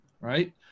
right